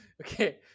okay